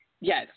Yes